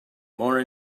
more